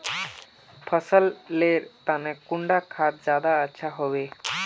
फसल लेर तने कुंडा खाद ज्यादा अच्छा हेवै?